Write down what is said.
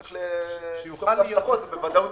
יש לזה השלכות.